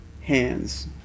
hands